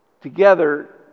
Together